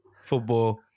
Football